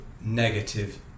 negative